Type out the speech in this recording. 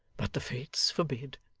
but the fates forbid,